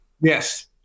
Yes